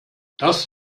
das